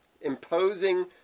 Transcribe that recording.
Imposing